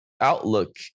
outlook